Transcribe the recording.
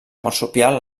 marsupial